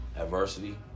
adversity